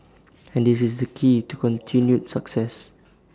and this is the key to continued success